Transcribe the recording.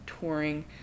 touring